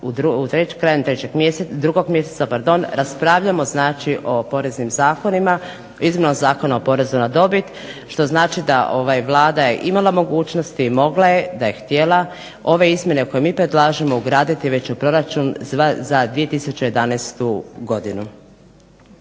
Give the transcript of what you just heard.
krajem 2. mjeseca raspravljamo znači o poreznim zakonima, izmjeni Zakona o porezu na dobit, što znači da Vlada je imala mogućnosti, mogla je da je htjela ove izmjene koje mi predlažemo ugraditi već u proračun za 2011. godinu.